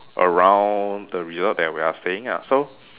around the river that we are staying ah so